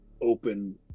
open